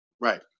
Right